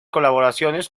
colaboraciones